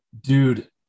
dude